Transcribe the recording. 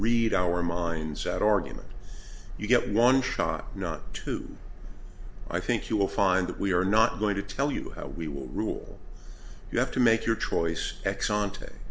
read our minds argument you get one try not to i think you will find that we are not going to tell you how we will rule you have to make your choice exxon to